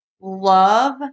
love